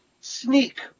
sneak